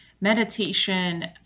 meditation